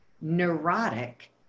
neurotic